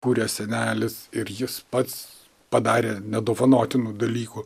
kūrė senelis ir jis pats padarė nedovanotinų dalykų